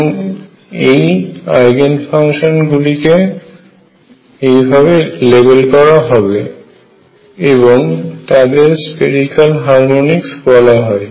এবং এই eigen function গুলিকে লেবেল করা হবে এবং তাদের স্ফেরিক্যাল হারমোনিক্স বলা হয়